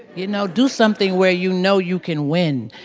you know. do something where you know you can win,